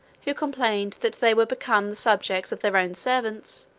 who complained that they were become the subjects of their own servants,